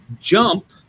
jump